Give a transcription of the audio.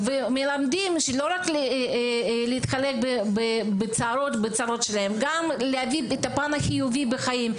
מלמדים את הילדים להביא את הפן החיובי בחיים.